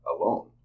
alone